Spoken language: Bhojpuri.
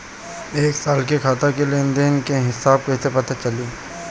एक साल के खाता के लेन देन के हिसाब कइसे पता चली?